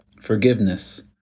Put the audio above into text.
forgiveness